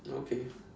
okay